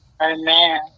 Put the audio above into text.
Amen